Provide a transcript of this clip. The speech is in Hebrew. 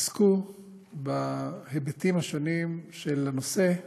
עסקו בהיבטים השונים של הנושא,